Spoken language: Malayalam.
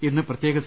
ഇന്ന് പ്രത്യേക സി